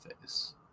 face